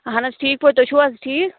اَہَن حظ ٹھیٖک پٲٹھۍ تُہۍ چھِو حظ ٹھیٖک